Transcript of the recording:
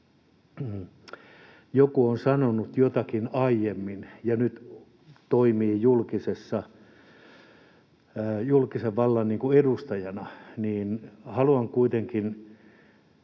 joku on sanonut jotakin aiemmin ja nyt toimii julkisen vallan edustajana, niin haluan kuitenkin